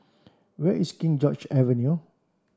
where is King George Avenue